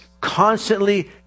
Constantly